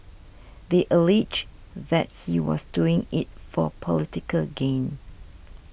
they alleged that he was doing it for political gain